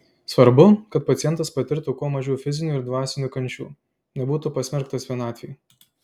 svarbu kad pacientas patirtų kuo mažiau fizinių ir dvasinių kančių nebūtų pasmerktas vienatvei